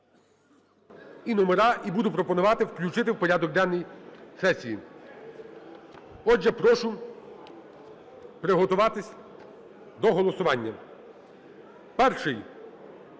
і номери і буду пропонувати включити в порядок денний сесії. Отже, прошу приготуватись до голосування. Перший: